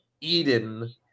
Eden